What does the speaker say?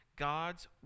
God's